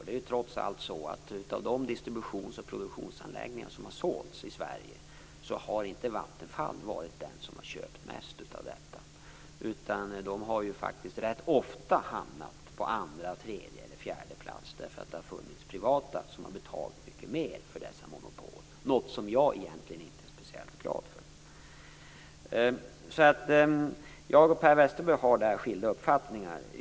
Det är trots allt så att av de distributions och produktionsanläggningar i Sverige som sålts har inte Vattenfall köpt mest. Rätt ofta har Vattenfall i stället hamnat på andra, tredje eller fjärde plats därför att det funnits privata aktörer som har betalat mycket mera för dessa monopol, något som jag egentligen inte är speciellt glad för. Per Westerberg och jag har här skilda uppfattningar.